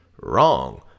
Wrong